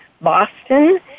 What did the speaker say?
Boston